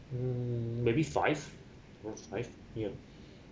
mm maybe five around five yup